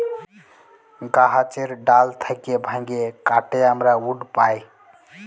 গাহাচের ডাল থ্যাইকে ভাইঙে কাটে আমরা উড পায়